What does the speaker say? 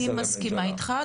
אני מסכימה אתך,